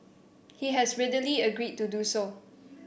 he has readily agreed to do so